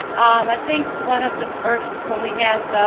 i think one of the first when we had